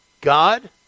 God